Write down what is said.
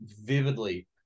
vividly